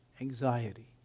anxiety